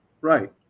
Right